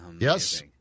Yes